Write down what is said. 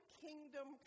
kingdom